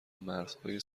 مرزهای